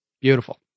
Beautiful